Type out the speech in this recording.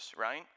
right